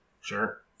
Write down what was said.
Sure